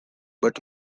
but